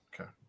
Okay